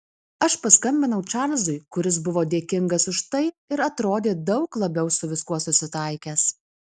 aš paskambinau čarlzui kuris buvo dėkingas už tai ir atrodė daug labiau su viskuo susitaikęs